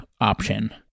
option